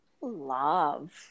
Love